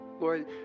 Lord